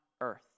earth